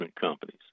companies